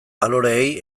baloreei